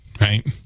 right